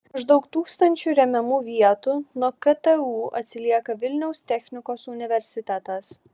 maždaug tūkstančiu remiamų vietų nuo ktu atsilieka vilniaus technikos universitetas